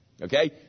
Okay